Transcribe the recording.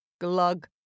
glug